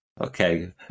Okay